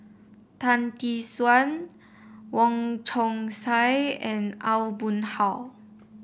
Tan Tee Suan Wong Chong Sai and Aw Boon Haw